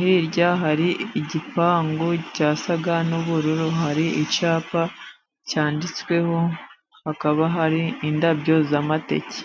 Hirya, hari igipangu cyasaga n’ubururu. Hari icyapa cyanditsweho, hakaba hari indabo z’amateke.